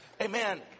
Amen